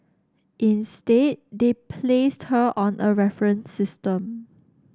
instead they placed her on a reference system